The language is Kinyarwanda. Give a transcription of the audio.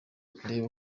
reba